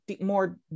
more